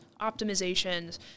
optimizations